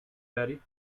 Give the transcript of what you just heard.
betty